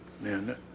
man